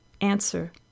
Answer